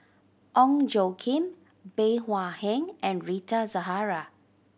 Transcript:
Ong Tjoe Kim Bey Hua Heng and Rita Zahara